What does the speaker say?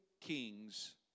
Kings